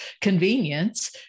convenience